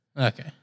Okay